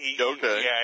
Okay